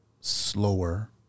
slower